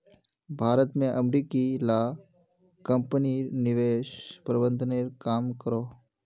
भारत में अमेरिकी ला कम्पनी निवेश प्रबंधनेर काम करोह